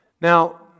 Now